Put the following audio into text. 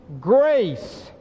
grace